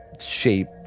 shape